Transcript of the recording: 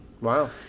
Wow